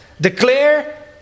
declare